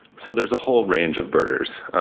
so there's a whole range of birders.